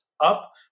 up